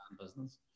business